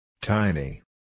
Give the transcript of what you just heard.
Tiny